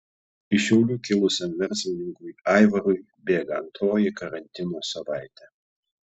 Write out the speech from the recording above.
iš šiaulių kilusiam verslininkui aivarui bėga antroji karantino savaitė